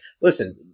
Listen